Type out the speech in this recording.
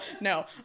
no